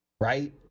Right